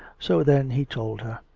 so then he told her.